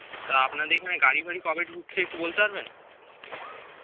তা আপনার এখানে গাড়ি ফারি কবে ঢুকছে একটু বলতে পারবেন